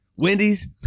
Wendy's